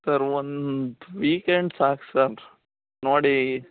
sir ಒಂದು weekend ಸಾಕು sir ನೋಡಿ